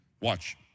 Watch